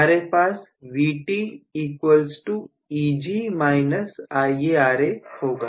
हमारे पास Vt Eg IaRa होगा